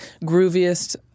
grooviest